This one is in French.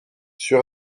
sur